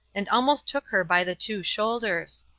and almost took her by the two shoulders.